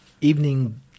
evening